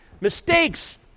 Mistakes